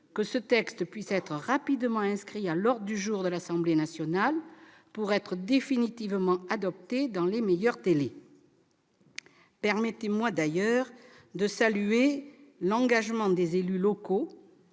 que ce texte puisse être rapidement inscrit à l'ordre du jour de l'Assemblée nationale, pour être définitivement adopté dans les meilleurs délais. Permettez-moi de saluer l'engagement des élus locaux,